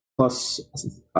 plus